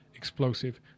explosive